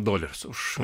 dolerius už